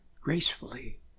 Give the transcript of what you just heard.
gracefully